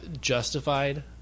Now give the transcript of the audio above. justified